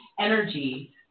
energy